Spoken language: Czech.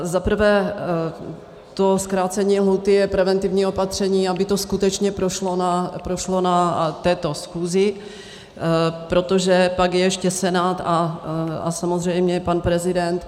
Za prvé to zkrácení lhůty je preventivní opatření, aby to skutečně prošlo na této schůzi, protože pak je ještě Senát a samozřejmě pan prezident.